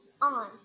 on